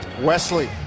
Wesley